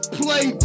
play